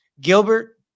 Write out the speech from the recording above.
Gilbert